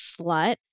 slut